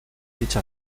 dicha